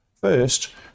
First